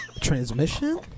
Transmission